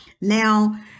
Now